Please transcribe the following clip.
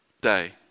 day